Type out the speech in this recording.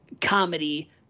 comedy